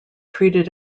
treated